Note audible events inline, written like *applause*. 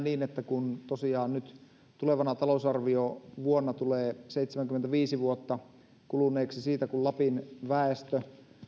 *unintelligible* niin että kun tosiaan nyt tulevana talousarviovuonna tulee seitsemänkymmentäviisi vuotta kuluneeksi siitä kun lapin väestö